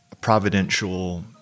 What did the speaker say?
providential